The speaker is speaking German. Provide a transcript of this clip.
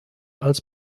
als